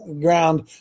ground